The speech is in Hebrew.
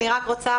אני רק רוצה,